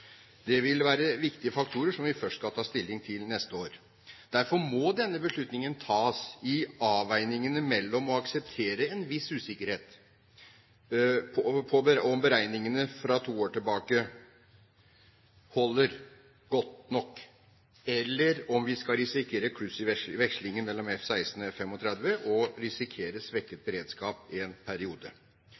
Det vil være viktige faktorer som vi først skal ta stilling til neste år. Derfor må denne beslutningen tas i avveiningen mellom å akseptere en viss usikkerhet om beregningene fra to år tilbake holder godt nok, eller om vi skal risikere kluss i vekslingen mellom F-16 og F-35 – og risikere svekket beredskap i en periode.